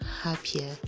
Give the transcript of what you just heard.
happier